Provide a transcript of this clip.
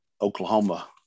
oklahoma